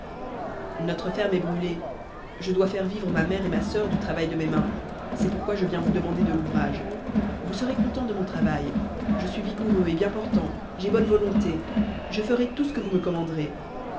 notre ferme est brûlée je dois faire vivre ma mère et ma soeur du travail de mes mains c'est pourquoi je viens vous demander de l'ouvrage vous serez content de mon travail je suis vigoureux et bien portant j'ai bonne volonté je ferai tout ce que vous me commanderez